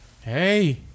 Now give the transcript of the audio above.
Hey